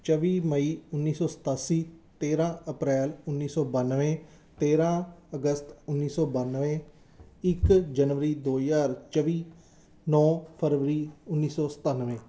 ਚੌਵੀ ਮਈ ਉੱਨੀ ਸੌ ਸਤਾਸੀ ਤੇਰਾਂ ਅਪ੍ਰੈਲ ਉੱਨੀ ਸੌ ਬੱਨਵੇਂ ਤੇਰਾਂ ਅਗਸਤ ਉੱਨੀ ਸੌ ਬੱਨਵੇਂ ਇੱਕ ਜਨਵਰੀ ਦੋ ਹਜ਼ਾਰ ਚੌਵੀ ਨੌ ਫਰਵਰੀ ਉੱਨੀ ਸੌ ਸਤੱਨਵੇ